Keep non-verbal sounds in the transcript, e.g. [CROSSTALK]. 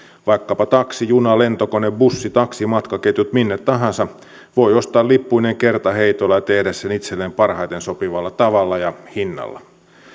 vaikkapa taksi juna lentokone bussi taksi matkaketjut minne tahansa voi ostaa lippuineen kertaheitolla ja tehdä sen itselleen parhaiten sopivalla tavalla ja [UNINTELLIGIBLE] hinnalla